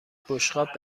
بشقاب